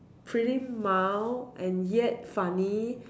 pretty mild and yet funny